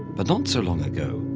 but not so long ago,